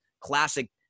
classic